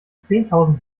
zehntausend